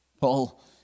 Paul